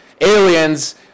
Aliens